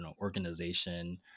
organization